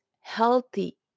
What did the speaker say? healthy